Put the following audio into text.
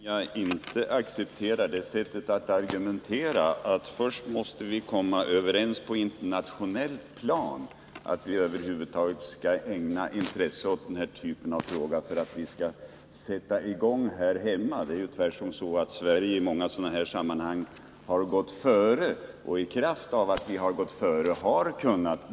Herr talman! Jag kan inte acceptera sättet att argumentera, nämligen att vi Måndagen den först måste komma överens på det internationella planet för att vi över huvud 28 april 1980 taget skall kunna ägna intresse åt denna typ av frågor och sätta i gång här hemma. Sverige har ju i många sådana här sammanhang gått före och i kraft härav kunnat driva frågorna internationellt.